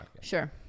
Sure